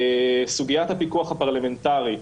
סוגיית הפיקוח הפרלמנטרי.